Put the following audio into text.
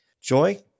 Joy